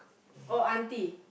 oh auntie